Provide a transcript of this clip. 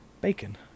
Bacon